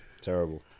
Terrible